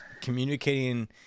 communicating